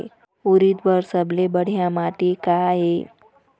उरीद बर सबले बढ़िया माटी का ये?